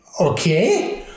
okay